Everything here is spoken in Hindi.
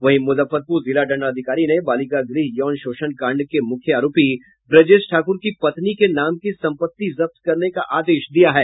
वहीं मुजफ्फरपुर जिला दंडाधिकारी ने बालिका गृह यौन शोषण कांड के मुख्य आरोपी ब्रजेश ठाकुर की पत्नी के नाम की संपत्ति जब्त करने का आदेश दिया है